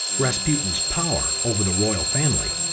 rasputin's power over the royal family,